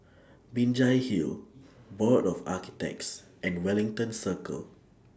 Binjai Hill Board of Architects and Wellington Circle